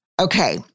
Okay